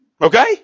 Okay